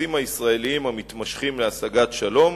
המאמצים הישראליים המתמשכים להשגת שלום,